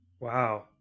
Wow